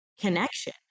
connection